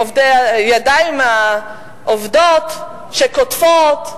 הידיים העובדות שקוטפות,